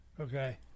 okay